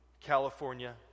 California